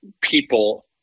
people